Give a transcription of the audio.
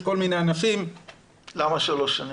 כל מיני אנשים --- למה שלוש שנים?